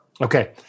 Okay